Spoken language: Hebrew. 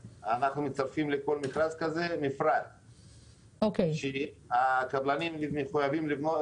היעדים: במכרזים שפרטתי אנחנו מחייבים את היזמים לבנות